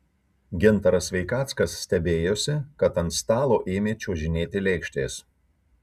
gintaras sveikackas stebėjosi kad ant stalo ėmė čiuožinėti lėkštės